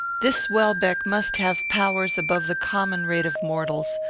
this welbeck must have powers above the common rate of mortals.